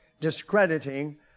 discrediting